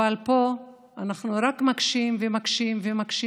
אבל פה אנחנו רק מקשים ומקשים ומקשים